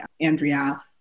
Andrea